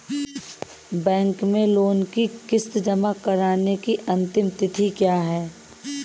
Bank में loan की किश्त जमा कराने की अंतिम तिथि क्या है?